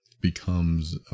becomes